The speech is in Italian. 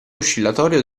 oscillatorio